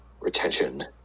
retention